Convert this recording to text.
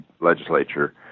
legislature